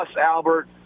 Albert